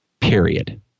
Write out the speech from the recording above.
Period